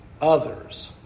others